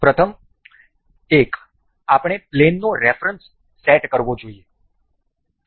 પ્રથમ એક આપણે પ્લેન નો રેફરન્સ સેટ કરવો જોઈએ